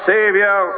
Savior